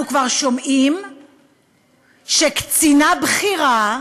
אנחנו כבר שומעים שקצינה בכירה